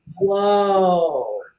Whoa